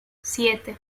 siete